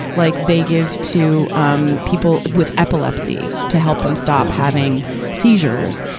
like, they give to, um, people with epilepsy to help them stop having seizures.